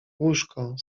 łóżko